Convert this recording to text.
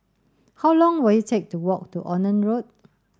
how long will it take to walk to Onan Road